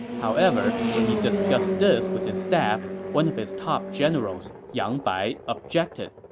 however, when he discussed this with his staff, one of his top generals, yang bai, objected.